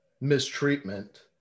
mistreatment